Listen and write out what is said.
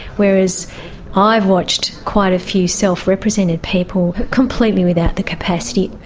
whereas i've watched quite a few self-represented people completely without the capacity,